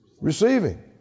receiving